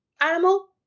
animal